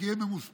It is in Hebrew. כי הם ממוספרים,